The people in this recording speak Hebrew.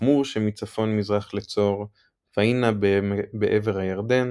יחמור שמצפון-מזרח לצור, פאינה בעבר הירדן,